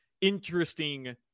interesting